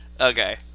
Okay